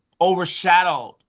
overshadowed